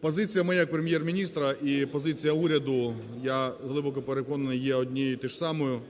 Позиція моя як Прем’єр-міністра і позиція уряду, я глибоко переконаний, є однією і тою ж самою.